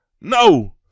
No